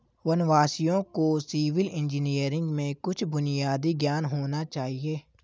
वनवासियों को civil engineering में कुछ बुनियादी ज्ञान होना चाहिए